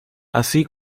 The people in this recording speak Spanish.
así